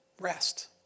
rest